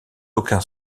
aucun